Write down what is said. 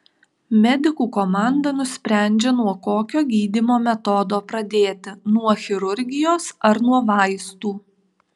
medikų komanda nusprendžia nuo kokio gydymo metodo pradėti nuo chirurgijos ar nuo vaistų